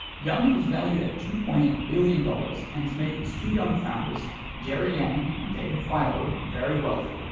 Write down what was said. yahoo is valued at two point eight billion dollars and has made its two young founders jerry yang and david filo very wealthy.